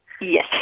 Yes